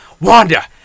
Wanda